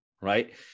right